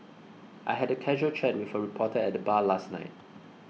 I had a casual chat with a reporter at the bar last night